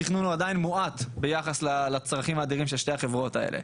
התכנון הוא עדיין מועט ביחס לצרכים האדירים של שתי החברות האלה.